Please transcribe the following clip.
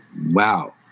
wow